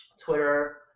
Twitter